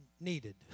needed